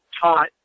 taught